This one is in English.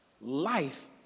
life